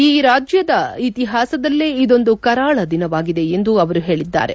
ಈ ರಾಜ್ಯದ ಇತಿಹಾಸದಲ್ಲೇ ಇದೊಂದು ಕರಾಳದಿನವಾಗಿದೆ ಎಂದು ಅವರು ಹೇಳಿದ್ದಾರೆ